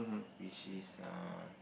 which is err